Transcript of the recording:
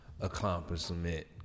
Accomplishment